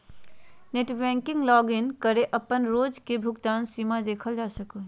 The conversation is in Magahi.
नेटबैंकिंग लॉगिन करके अपन रोज के भुगतान सीमा देखल जा सको हय